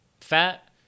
fat